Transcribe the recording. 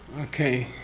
okay,